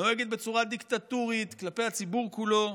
נוהגת בצורה דיקטטורית כלפי הציבור כולו.